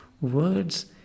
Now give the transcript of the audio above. words